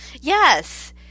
Yes